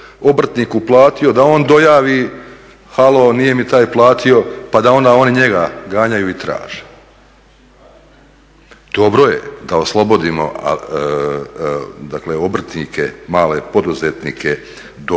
obrtniku platio da on dojavi halo, nije mi taj platio pa da onda oni njega ganjaju i traže. Dobro je da oslobodimo dakle obrtnike, male poduzetnike do